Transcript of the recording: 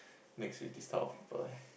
mix with this type of people eh